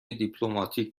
دیپلماتیک